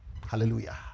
Hallelujah